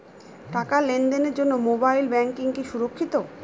টাকা লেনদেনের জন্য মোবাইল ব্যাঙ্কিং কি সুরক্ষিত?